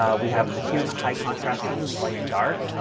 um we have the two high contrast themes, light and dark.